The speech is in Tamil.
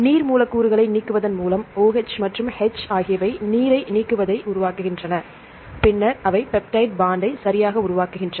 நீர் மூலக்கூறுகளை நீக்குவதன் மூலம் OH மற்றும் H ஆகியவை நீரை நீக்குவதை உருவாக்குகின்றன பின்னர் அவை பெப்டைட் பாண்ட் ஐ சரியாக உருவாக்குகின்றன